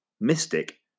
mystic